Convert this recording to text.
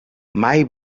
mai